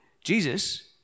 Jesus